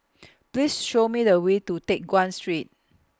Please Show Me The Way to Teck Guan Street